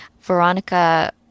Veronica